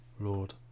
Lord